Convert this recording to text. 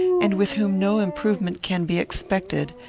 and with whom no improvement can be expected,